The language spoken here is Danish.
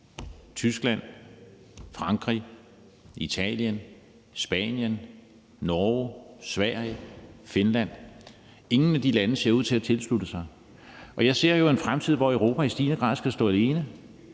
Tyskland, Frankrig, Italien, Spanien, Norge, Sverige, Finland, ser ud til at ville tilslutte sig. Og jeg ser jo en fremtid for mig, hvor Europa i stigende grad skal stå alene,